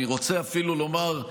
אני רוצה אפילו לומר,